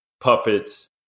puppets